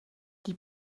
die